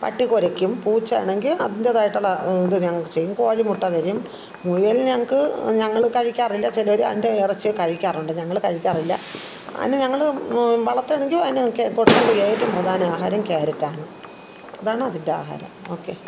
പട്ടി കുരയ്ക്കും പൂച്ച ആണെങ്കിൽ അതിൻ്റേതായിട്ടുള്ള ഇതു ഞങ്ങൾക്കു ചെയ്യും കോഴി മുട്ട തരും മുയൽ ഞങ്ങൾക്ക് ഞങ്ങൾ കഴിക്കാറില്ല ചിലർ അതിൻ്റെ ഇറച്ചി കഴിക്കാറുണ്ട് ഞങ്ങൾ കഴിക്കാറില്ല അതിനു ഞങ്ങൾ വളർത്താമെങ്കിൽ അതിനു കൊടുക്കേണ്ട ഏറ്റവും പ്രധാന ആഹാരം ക്യാരറ്റാണ് അതാണ് അതിൻ്റെ ആഹാരം ഓക്കേ